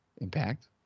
Impact